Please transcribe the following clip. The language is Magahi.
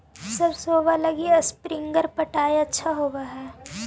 सरसोबा लगी स्प्रिंगर पटाय अच्छा होबै हकैय?